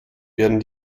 werden